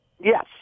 Yes